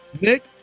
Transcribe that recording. Nick